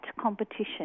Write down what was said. competition